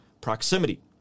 proximity